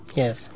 yes